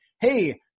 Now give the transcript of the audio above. hey